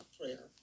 prayer